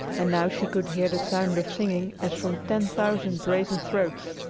and now she could hear the sound of singing as from ten thousand brazen throats,